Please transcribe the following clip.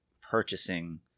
purchasing